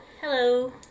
Hello